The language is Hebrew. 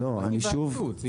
זו היוועצות.